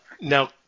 Now